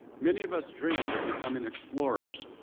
many of us dreamed of becoming explorers,